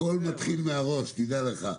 הכול מתחיל מהראש, תדע לך.